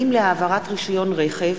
להעברת רשיון רכב),